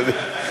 אדוני.